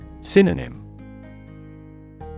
Synonym